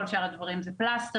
כל שאר הדברים זה פלסטרים,